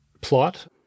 plot